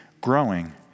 growing